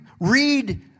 read